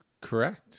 Correct